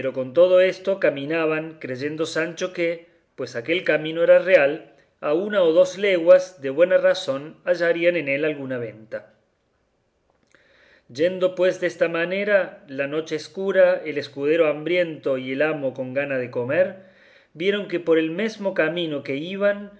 con todo esto caminaban creyendo sancho que pues aquel camino era real a una o dos leguas de buena razón hallaría en él alguna venta yendo pues desta manera la noche escura el escudero hambriento y el amo con gana de comer vieron que por el mesmo camino que iban